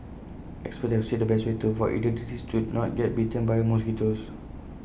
experts have said the best way to avoid either disease is to not get bitten by mosquitoes